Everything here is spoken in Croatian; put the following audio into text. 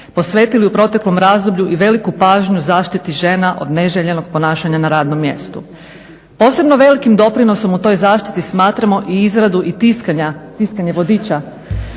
posvetili u proteklom razdoblju i veliku pažnju zaštiti žena od neželjenog ponašanja na radnom mjestu. Posebno velikim doprinosom u toj zaštiti smatramo i izradu i tiskanja vodiča